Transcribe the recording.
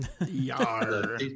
Yar